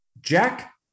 Jack